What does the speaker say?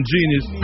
Genius